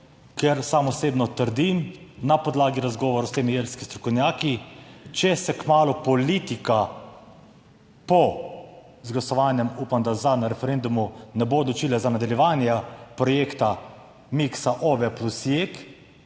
ker sam osebno trdim, na podlagi razgovorov s temi irskimi strokovnjaki, če se kmalu politika po z glasovanjem, upam, da za, na referendumu ne bo odločila za nadaljevanje projekta miksa OVE plus JEK